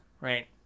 Right